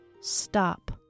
Stop